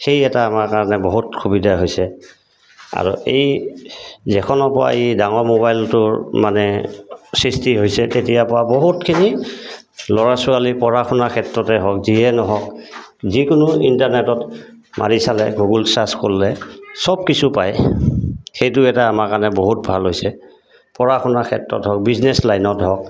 সেই এটা আমাৰ কাৰণে বহুত সুবিধা হৈছে আৰু এই যিখনৰপৰা এই ডাঙৰ মোবাইলটোৰ মানে সৃষ্টি হৈছে তেতিয়াৰপৰা বহুতখিনি ল'ৰা ছোৱালী পঢ়া শুনাৰ ক্ষেত্ৰতে হওক যিয়ে নহওক যিকোনো ইণ্টাৰনেটত মাৰি চালে গুগল চাৰ্চ কৰিলে চব কিছু পায় সেইটো এটা আমাৰ কাৰণে বহুত ভাল হৈছে পঢ়া শুনাৰ ক্ষেত্ৰত হওক বিজনেছ লাইনত হওক